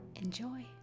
Enjoy